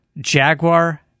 Jaguar